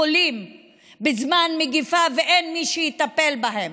על חולים בזמן מגפה שאין מי שיטפל בהם.